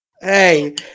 Hey